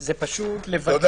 תודה.